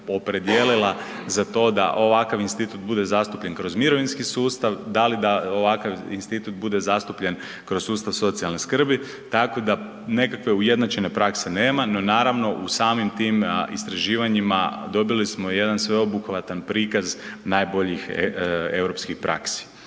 opredijelila za to da ovakav institut bude zastupljen kroz mirovinski sustav, da li da ovakav institut bude zastupljen kroz sustav socijalne skrbi, tako da nekakve ujednačene prakse nema. No naravno u samim tim istraživanjima dobili smo jedan sveobuhvatan prikaz najboljih europskih praksi.